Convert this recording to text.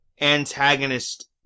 antagonist